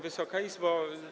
Wysoka Izbo!